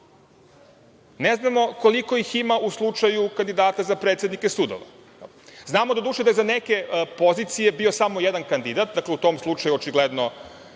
Ne znamo koliko ih ima u slučaju kandidata za predsednike sudova. Znamo, doduše, da za neke pozicije je bio samo jedan kandidat, dakle, u tom slučaju očigledno